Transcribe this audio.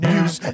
News